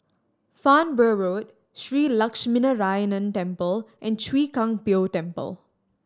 Farnborough Road Shree Lakshminarayanan Temple and Chwee Kang Beo Temple